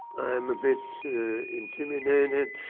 i am a bit intimidated,